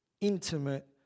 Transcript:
intimate